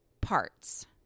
parts